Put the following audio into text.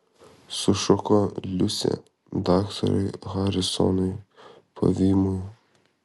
sušuko liusė daktarui harisonui pavymui